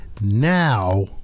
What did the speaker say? now